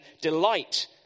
delight